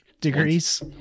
degrees